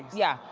yeah.